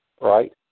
right